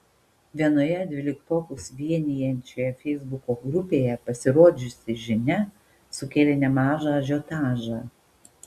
vienoje dvyliktokus vienijančioje feisbuko grupėje pasirodžiusi žinia sukėlė nemažą ažiotažą